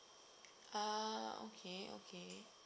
ah okay okay